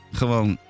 gewoon